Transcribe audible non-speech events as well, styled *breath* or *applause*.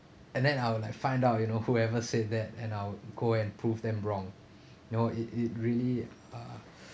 and then I will like find out you know whoever said that and I will go and prove them wrong *breath* no it it really uh